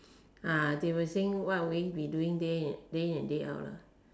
ah they were saying what will we be doing day in day in and day out ah